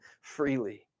freely